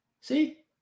See